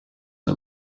are